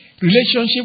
relationship